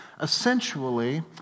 essentially